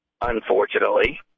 unfortunately